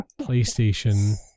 playstation